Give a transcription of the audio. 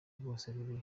rwose